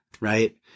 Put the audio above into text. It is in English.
right